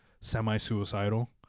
semi-suicidal